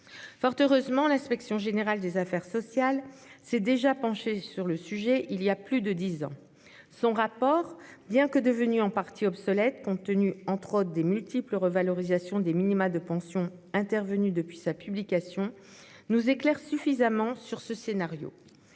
Fort heureusement, l'inspection générale des affaires sociales (Igas) s'est déjà penchée sur le sujet voilà plus de dix ans. Son rapport, bien que devenu en partie obsolète compte tenu, entre autres, des multiples revalorisations des minima de pension intervenues depuis sa publication, nous éclaire suffisamment sur ce scénario.